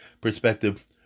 perspective